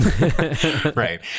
Right